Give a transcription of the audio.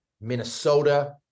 Minnesota